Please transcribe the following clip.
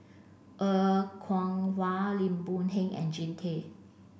Er Kwong Wah Lim Boon Heng and Jean Tay